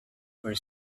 were